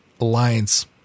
Alliance